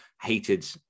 hated